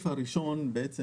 בעניין